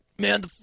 man